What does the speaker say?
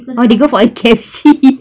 ah they go for K_F_C